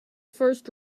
first